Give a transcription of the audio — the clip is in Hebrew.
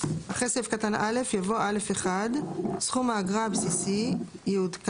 (ב) אחרי סעיף קטן (א) יבוא: "(א1) (1) סכום האגרה הבסיסי יעודכן